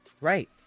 Right